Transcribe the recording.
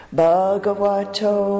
Bhagavato